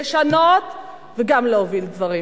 לשנות וגם להוביל דברים.